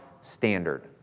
standard